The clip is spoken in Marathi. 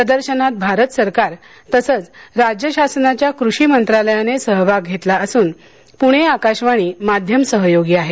प्रदर्शनात भारत सरकार तसंच राज्य शासनाच्या कृषी मंत्रालयाने सहभाग घेतला असून प्णे आकाशवाणी माध्यम सहयोगी आहे